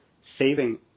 saving